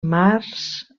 mars